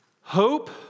hope